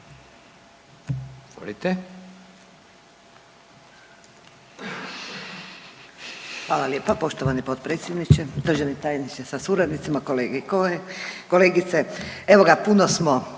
Hvala lijepa poštovani potpredsjedniče. Državni tajniče sa suradnicima, kolege i kolegice, evo ga puno smo